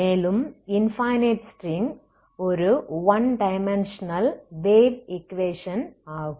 மேலும் infinite string ஒரு one dimensional wave equation ஆகும்